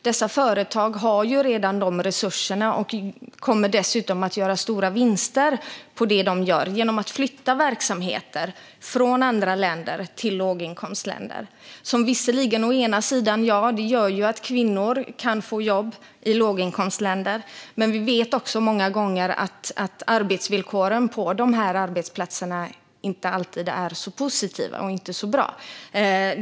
Dessa företag har redan resurser och kommer dessutom att göra stora vinster på det de gör, genom att flytta verksamheter från andra länder till låginkomstländer. Visserligen gör detta att kvinnor kan få jobb i låginkomstländer, men vi vet att arbetsvillkoren på dessa arbetsplatser inte alltid är så positiva eller bra.